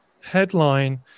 headline